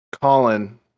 Colin